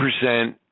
percent